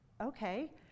okay